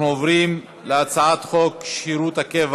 אנחנו עוברים להצעת חוק שירות קבע